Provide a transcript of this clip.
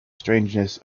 strangeness